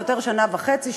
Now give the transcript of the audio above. ויותר שנה וחצי,